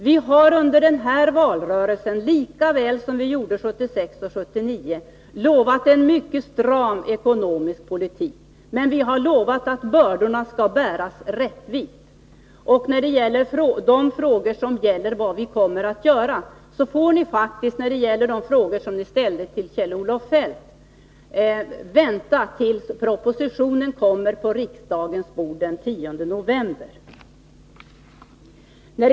Vi har under den här valrörelsen, lika väl som 1976 och 1979, lovat en mycket stram ekonomisk politik, men vi har lovat att bördorna skall bäras rättvist. Och vad gäller frågorna om vad vi kommer att göra, som ni ställt till Kjell-Olof Feldt, får ni faktiskt vänta till dess propositionen läggs på riksdagens bord den 10 november.